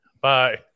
bye